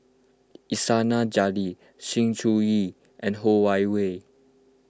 Iskandar Jalil Sng Choon Yee and Ho Wan Hui